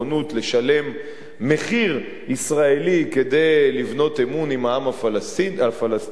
לשלם מחיר ישראלי כדי לבנות אמון עם העם הפלסטיני,